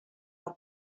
per